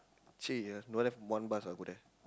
!chey! uh don't have one bus ah go there